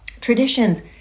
Traditions